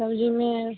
सब्ज़ी में